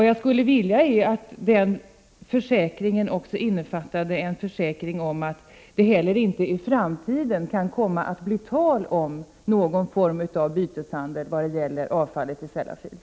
Jag önskar att försäkringarna även innefattar en försäkran om att det inte heller i framtiden kan bli tal om någon form av byteshandel vad gäller avfallet i Sellafield.